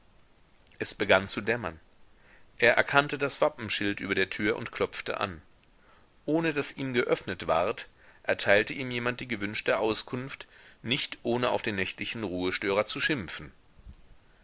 es begann zu dämmern er erkannte das wappenschild über der tür und klopfte an ohne daß ihm geöffnet ward erteilte ihm jemand die gewünschte auskunft nicht ohne auf den nächtlichen ruhestörer zu schimpfen